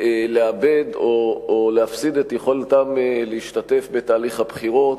לאבד או להפסיד את יכולתם להשתתף בתהליך הבחירות.